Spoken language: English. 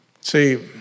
See